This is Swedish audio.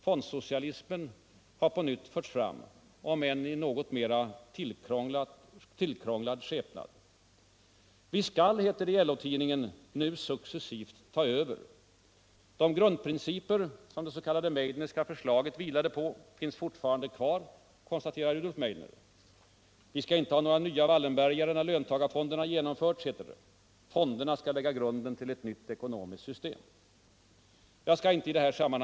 Fondsocialismen har på nytt förts fram — om än i en något mer tillkrånglad skepnad. Vi skall, heter det i LO-tidningen, nu successivt ta över. De grundprinciper som det s.k. Meidnerska förslaget vilade på finns fortfarande kvar, konstaterar Rudolf Mceidner. Vi skall inte ha några nya Wallenbergare när löntagarfonderna genomförts, heter det. Fonderna skall lägga grunden för ett nytt ekonomiskt system. Jag skall inte, herr talman.